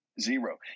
Zero